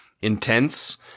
intense